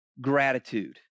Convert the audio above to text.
Gratitude